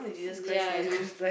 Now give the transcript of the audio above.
ya I know